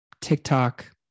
TikTok